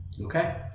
Okay